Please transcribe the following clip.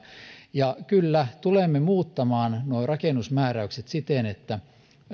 ja kyllä tulemme muuttamaan nuo rakennusmääräykset siten että